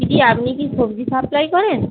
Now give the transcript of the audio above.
দিদি আপনি কি সবজি সাপ্লাই করেন